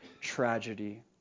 tragedy